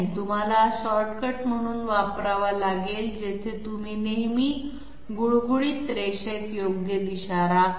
तुम्हाला हा शॉर्टकट म्हणून वापरावा लागेल जिथे तुम्ही नेहमी गुळगुळीत रेषेत योग्य दिशा राखता